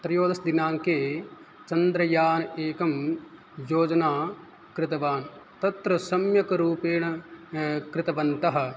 त्रयोदशदिनाङ्के चन्द्रयानम् एकं योजना कृतवान् तत्र सम्यक् रूपेण कृतवन्तः